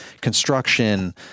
construction